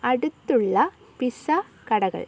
അടുത്തുള്ള പിസ്സ കടകൾ